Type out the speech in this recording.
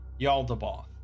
Yaldabaoth